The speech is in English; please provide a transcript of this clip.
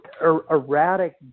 erratic